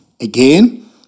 Again